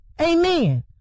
Amen